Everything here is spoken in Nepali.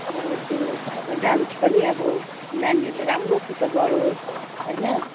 अब त्यो अब डान्स पनि अब नानीहरूले राम्रोसित गरोस् होइन